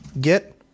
get